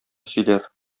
сөйләр